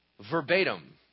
verbatim